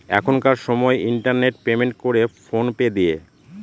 এখনকার সময় internet payment করে ফোন পে দিয়ে